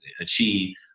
achieve